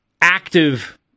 active